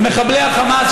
ומחבלי החמאס,